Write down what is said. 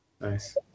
nice